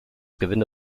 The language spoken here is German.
gewinde